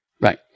Right